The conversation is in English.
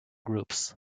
groups